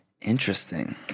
Interesting